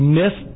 miss